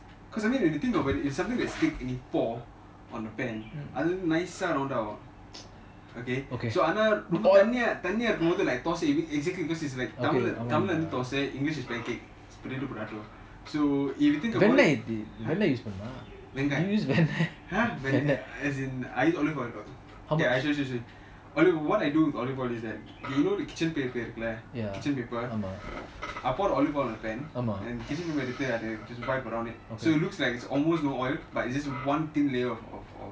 cause I mean if you think of it if it's something that sticks when you pour on a pan அது நைசா round ஆகும்:athu naisa ravundu aagum okay so அதுனால ரொம்ப தனியா தனியா இருக்கும் போது:athunala romba thaniya thaniya irukum bothu thosai exactly because it is like Tamil வந்து:tamila vanthu thosai english is pancake potato potato so if you think about it vengayam !huh! Venna I use olive oil I show show show you what I do with olive oil is that you know the kitchen paper I pour the olive oil on the pan இருக்குல்ல:irukula kitchen paper எடுத்து:yeaduthu wipe around it so it looks like there is almost no oil but it's just one thin layer of of of olive oil